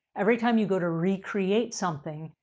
every time you go to recreate something,